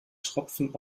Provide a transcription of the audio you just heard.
tropfen